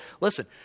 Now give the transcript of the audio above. listen